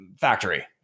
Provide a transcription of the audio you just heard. factory